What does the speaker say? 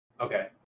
Okay